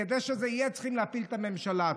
כדי שזה יהיה, צריכים להפיל את הממשלה.